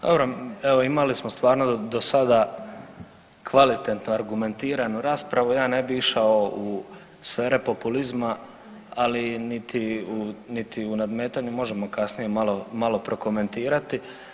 Dobro, evo imali smo stvarno do sada kvalitetno argumentiranu raspravu ja ne bi išao u sfere populizma, ali niti u, niti u nadmetanje možemo kasnije malo, malo prokomentirati.